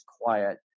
quiet